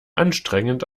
anstrengend